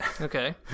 Okay